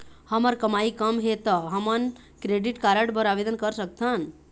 हमर कमाई कम हे ता हमन क्रेडिट कारड बर आवेदन कर सकथन?